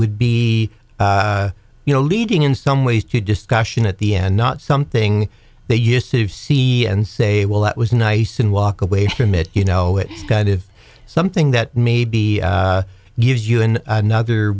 would be you know leading in some ways to discussion at the end not something they used to see and say well that was nice and walk away from it you know it's kind of something that maybe gives you in another